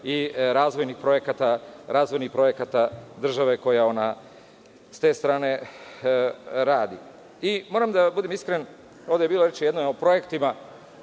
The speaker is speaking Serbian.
i razvojnih projekata države koja sa te strane radi. Moram da budem iskren, ovde je jednom bilo reči o projektima.